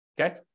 okay